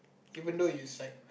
even though it's like